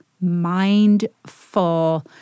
mindful